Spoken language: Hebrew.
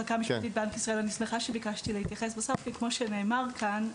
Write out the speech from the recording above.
אני שמחה שביקשתי להתייחס בסוף כי כמו שנאמר כאן,